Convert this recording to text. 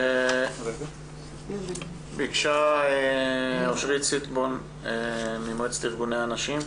ביקשה אושרית סטבון ממועצת ארגוני הנשים,